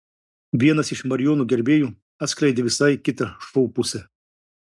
vienas iš marijono gerbėjų atskleidė visai kitą šou pusę